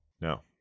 no